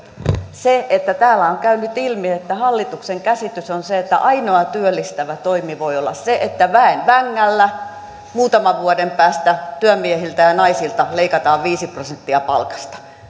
se että täällä on käynyt ilmi että hallituksen käsitys on se että ainoa työllistävä toimi voi olla se että väen vängällä muutaman vuoden päästä työmiehiltä ja ja naisilta leikataan viisi prosenttia palkasta